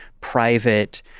private